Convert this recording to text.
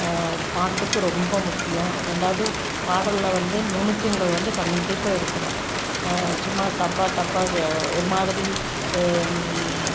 பாட்டுக்கு ரொம்ப முக்கியம் ரெண்டாவது பாடல்ல வந்து நுணுக்கங்கள் வந்து கண்டிப்பாக இருக்கணும் சும்மா டப்பா டப்பா ஒரு மாதிரி